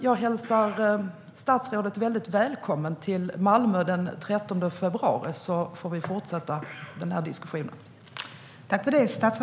Jag hälsar statsrådet mycket välkommen till Malmö den 13 februari, så får vi fortsätta den här diskussionen då.